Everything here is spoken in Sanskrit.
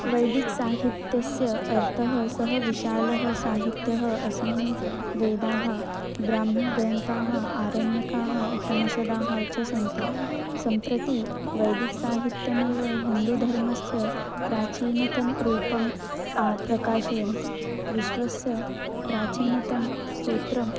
वैदिकसाहित्यस्य अर्थः सः विशालः साहित्यः अस्मिन् वेदाः ब्राह्मणग्रन्थाः आरण्यकाः उपनिषदः च सन्ति सम्प्रति वैदिक्साहित्यमेव हिन्दूधर्मस्य प्राचीनतमं रूपं प्रकाशयन्ति विश्वस्य प्राचीनतमं सूत्रं